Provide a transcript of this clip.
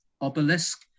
obelisk